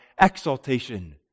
exaltation